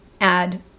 add